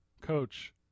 coach